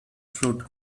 float